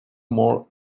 more